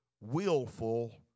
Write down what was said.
willful